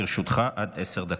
לרשותך עד עשר דקות.